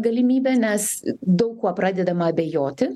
galimybę nes daug kuo pradedama abejoti